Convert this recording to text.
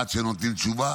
עד שנותנים תשובה.